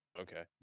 okay